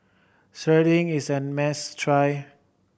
serunding is a must try